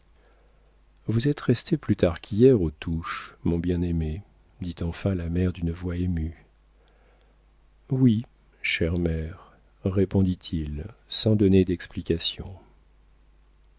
vous êtes resté plus tard qu'hier aux touches mon bien-aimé dit enfin la mère d'une voix émue oui chère mère répondit-il sans donner d'explication